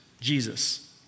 Jesus